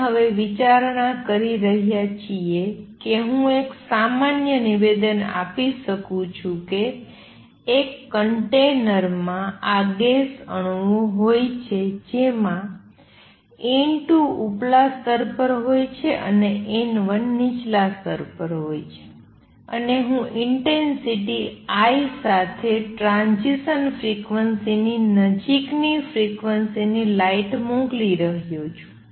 આપણે હવે વિચારણા કરી રહ્યા છીએ કે હું એક સામાન્ય નિવેદન આપી શકું છું કે એક કન્ટેનર જેમાં આ ગેસ અણુઓ હોય છે જેમાં n2 ઉપલા સ્તર પર હોય છે અને n1 નીચલા સ્તર પર હોય છે અને હું ઇંટેંસિટી I સાથે ટ્રાંઝીસન ફ્રીક્વન્સીની નજીકની ફ્રીક્વન્સીની લાઇટ મોકલી રહ્યો છું